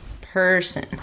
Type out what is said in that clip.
person